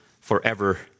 forever